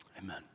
amen